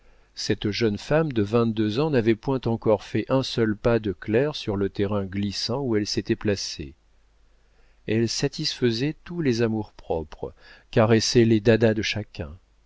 cette jeune femme de vingt-deux ans n'avait point encore fait un seul pas de clerc sur le terrain glissant où elle s'était placée elle satisfaisait tous les amours-propres caressait les dadas de chacun